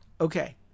okay